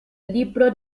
libro